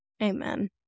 Amen